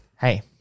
Hey